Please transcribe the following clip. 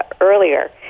earlier